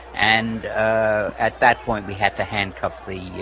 and at that point, we had the handcuff the